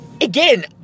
Again